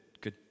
good